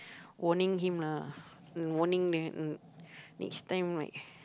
warning him lah warning that next time right